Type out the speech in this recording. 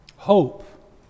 hope